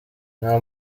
nta